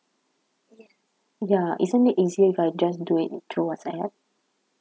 ya isn't it easier if I just do it through WhatsApp